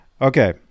Okay